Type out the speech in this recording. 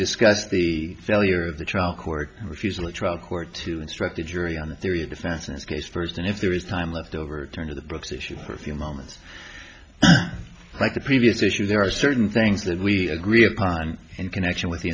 discuss the failure of the trial court refusing the trial court to instruct the jury on the theory of defense in this case first and if there is time left over turn to the books issue for a few moments like the previous issues there are certain things that we agree upon in connection with the